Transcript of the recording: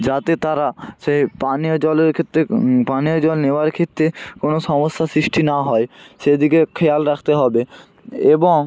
যাতে তারা সেই পানীয় জলের ক্ষেত্রে পানীয় জল নেওয়ার ক্ষেত্রে কোনো সমস্যা সৃষ্টি না হয় সেদিকে খেয়াল রাখতে হবে এবং